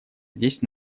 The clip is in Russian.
здесь